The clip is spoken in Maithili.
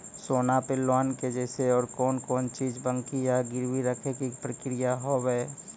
सोना पे लोन के जैसे और कौन कौन चीज बंकी या गिरवी रखे के प्रक्रिया हाव हाय?